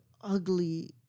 ugly